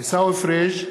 עיסאווי פריג'